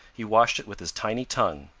he washed it with his tiny tongue.